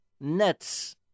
nets